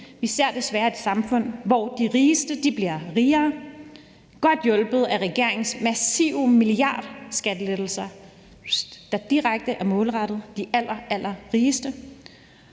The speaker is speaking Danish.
Vi ser desværre et samfund, hvor de rigeste bliver rigere, godt hjulpet af regeringens massive milliardskattelettelser, der direkte er målrettet de allerallerrigeste.